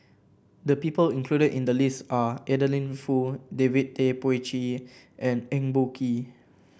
the people included in the list are Adeline Foo David Tay Poey Cher and Eng Boh Kee